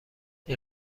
این